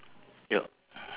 lady selling half